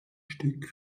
stück